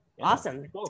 Awesome